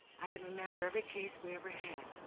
i can remember every case we ever had,